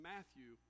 Matthew